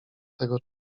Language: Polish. tego